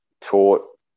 taught